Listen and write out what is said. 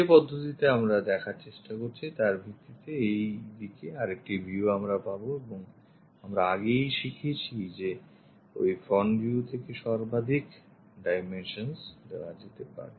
যে পদ্ধতিতে আমরা দেখার চেষ্টা করছি তার ভিত্তিতে এই দিকে আরেকটি view আমরা পাব এবং আমরা আগেই শিখেছি যে ওই front view থেকে সর্বাধিক dimensions দেওয়া যেতে পারে